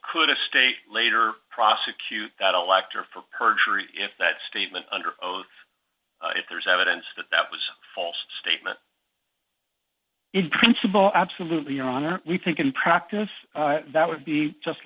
could a state later prosecute that elector for perjury if that statement under oath if there is evidence that that was false statement in principle absolutely your honor we think in practice that would be just